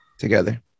together